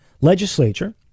legislature